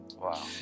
Wow